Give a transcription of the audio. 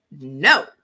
no